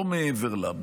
לא מעבר לה,